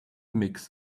mix